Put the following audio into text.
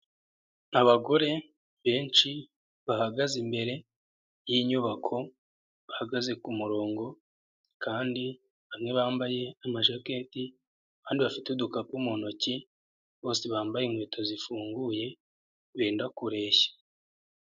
Abagore benshi bahagaze imbere y'inyubako, bahagaze ku murongo kandi bamwe bambaye amajaketi abandi bafite udukapu mu ntoki, bose bambaye inkweto zifunguye benda kureshya.